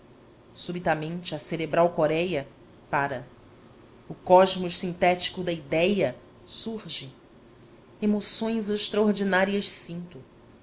subitamente a cerebral coréia pára o cosmos sintético da idéia surge emoções extraordinárias sinto